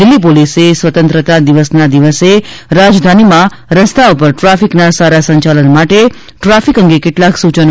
દિલ્હી પોલીસે સ્વતંત્રતા દિવસના દિવસે રાજધાનીમાં રસ્તા પર ટ્રાફિકના સારા સંચાલન માટે ટ્રાફિક અંગે કેટલાક સૂચનો પણ જાહેર કર્યા છે